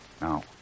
Now